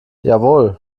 jawohl